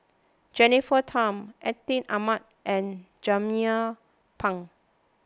Jennifer Tham Atin Amat and Jernnine Pang